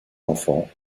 enfants